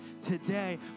today